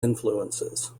influences